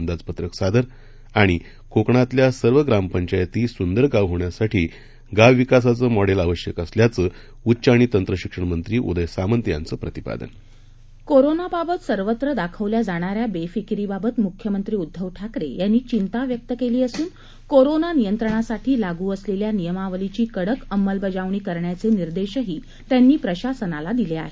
अंदाजपत्रक सादर कोकणातल्या सर्व ग्रामपंचायती सुंदर गाव होण्यासाठी गावविकासाचं मॉडेल आवश्यक असल्याचं उच्च आणि तंत्रशिक्षण मंत्री उदय सामंत यांचं प्रतिपादन कोरोनाबाबत सर्वत्र दाखवल्या जाणाऱ्या बेफिकीरीबाबत मुख्यमंत्री उद्धव ठाकरे यांनी चिंता व्यक्त केली असून कोरोना नियंत्रणासाठी लागू असलेल्या नियमावलीची कडक अंमलबजावणी करण्याचे निदेशही त्यांनी प्रशासनाला दिले आहेत